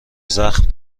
زخم